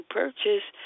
purchase